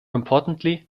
importantly